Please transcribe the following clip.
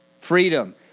freedom